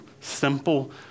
simple